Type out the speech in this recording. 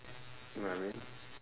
I mean